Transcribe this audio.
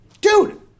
Dude